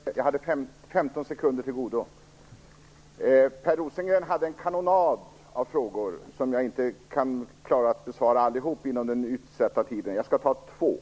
Herr talman! Jag känner mig inte träffad av det. Jag hade 15 sekunder till godo. Per Rosengren hade en kanonad av frågor, och jag klarar inte att besvara allihop inom den utsatta tiden. Jag skall ta två